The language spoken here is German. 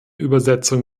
übersetzung